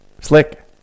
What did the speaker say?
Slick